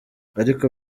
ariko